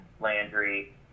Landry